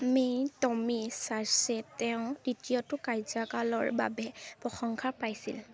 mayor Tommy চাৰ্চে তেওঁৰ তৃতীয়টো কাৰ্যকালৰ বাবে প্ৰশংসা পাইছিল